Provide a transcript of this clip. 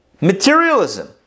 materialism